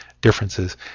differences